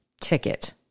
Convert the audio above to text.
ticket